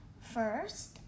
First